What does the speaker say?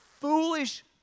foolish